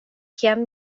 kiam